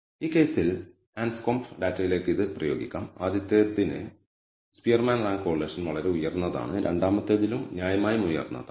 ഈ കേസിൽ അൻസ്കോംബ് ഡാറ്റയിലേക്ക് ഇത് പ്രയോഗിക്കാം ആദ്യത്തേതിന് സ്പിയർമാൻ റാങ്ക് കോറിലേഷൻ വളരെ ഉയർന്നതാണ് രണ്ടാമത്തേതിലും ന്യായമായും ഉയർന്നതാണ്